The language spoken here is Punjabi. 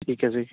ਠੀਕ ਹੈ ਜੀ